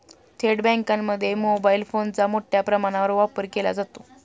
थेट बँकांमध्ये मोबाईल फोनचा मोठ्या प्रमाणावर वापर केला जातो